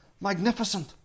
Magnificent